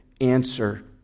answer